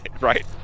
Right